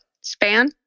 span